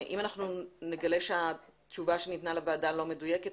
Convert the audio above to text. אם נגלה שהתשובה שניתנה לוועדה לא מדויקת,